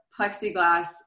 plexiglass